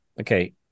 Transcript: okay